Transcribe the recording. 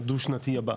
או דו-שנתי הבא.